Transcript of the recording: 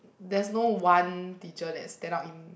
there's no one teacher that stand out in